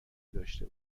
داشته